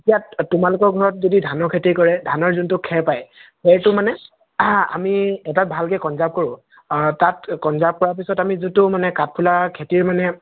এতিয়া তোমালোকৰ ঘৰত যদি ধানৰ খেতি কৰে ধানৰ যোনটো খেৰ পায় সেইটো মানে আমি এটা ভালকৈ কনজাৰ্ভ কৰোঁ আৰু তাত কনজাৰ্ভ কৰা পিছত আমি যোনটো মানে কাঠফুলাৰ খেতিৰ মানে